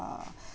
uh